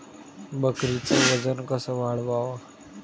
बकरीचं वजन कस वाढवाव?